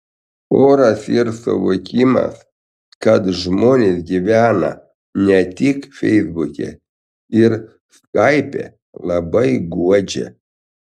oras ir suvokimas kad žmonės gyvena ne tik feisbuke ir skaipe labai guodžia